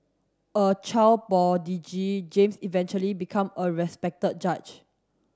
a child prodigy James eventually become a respected judge